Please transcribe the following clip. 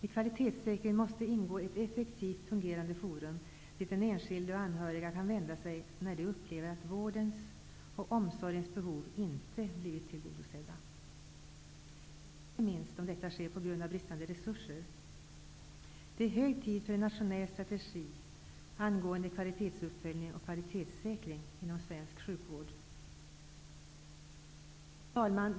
I kvalitetssäkringen måste ingå ett effektivt fungerande forum dit den enskilde och anhöriga kan vända sig när de upplever att vårdens och om sorgens behov inte har tillgodosetts. Detta gäller inte minst om detta sker på grund av bristande re surser. Det är hög tid för en nationell strategi för kvalitetsuppföljning och kvalitetssäkring inom svensk sjukvård.